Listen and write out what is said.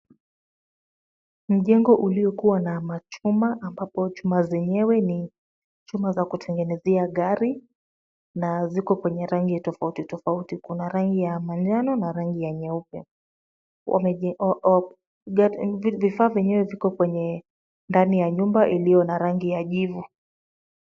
Mjengo uliokua na machuma ambapo chuma zenyewe ni chuma za kutengenezea gari na ziko kwenye rangi tofauti tofauti. Kuna rangi ya manjano na rangi ya nyeupe. Vifaa vyenyewe viko kwenye ndani ya nyumba iliyo na rangi ya jivu.